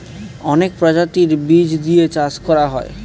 অনেক প্রজাতির বীজ দিয়ে চাষ করা হয়